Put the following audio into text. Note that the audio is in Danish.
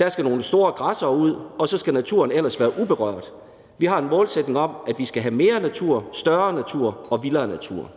»Der skal nogle store græssere ud, og så skal naturen ellers være uberørt. Vi har en målsætning om, at vi skal have mere natur, større natur og vildere natur«.